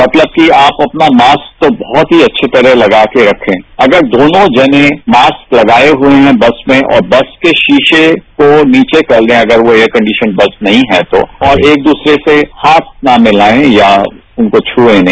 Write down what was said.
मतलब कि आप अपना मास्क तो बहुत ही अच्छी तरह लगा कर रखें अगर दोनों जने मास्क लगाए हुए हैं बस में और बस के शीशे को नीचे कर ले अगर वो एयर कंडीशन पास नहीं है तो और एक दूसरे से हाथ ना मिलाएं या उनको छुए नहीं